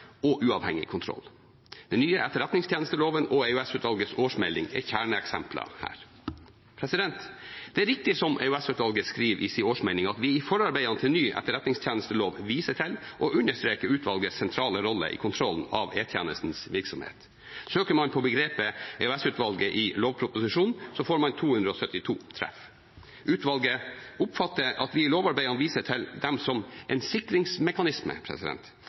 og uavhengig kontroll. Den nye etterretningstjenesteloven og EOS-utvalgets årsmelding er kjerneeksempler her. Det er riktig som EOS-utvalget skriver i sin årsmelding, at vi i forarbeidene til ny etterretningstjenestelov viser til og understreker utvalgets sentrale rolle i kontrollen av E-tjenestens virksomhet. Søker man på begrepet EOS-utvalget i lovproposisjonen, får man 272 treff. Utvalget oppfatter at vi i lovarbeidet viser til dem som en sikringsmekanisme.